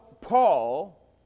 Paul